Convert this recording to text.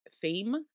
theme